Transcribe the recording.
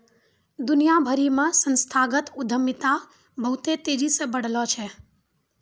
दुनिया भरि मे संस्थागत उद्यमिता बहुते तेजी से बढ़लो छै